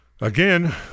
Again